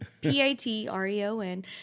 P-A-T-R-E-O-N